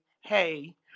hey